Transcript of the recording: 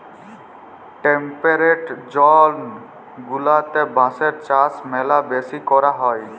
temperate zone গুলাতে বাঁশের চাষ ম্যালা বেশি ক্যরে হ্যয়